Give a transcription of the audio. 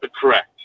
Correct